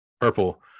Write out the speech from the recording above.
purple